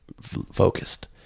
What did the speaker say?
focused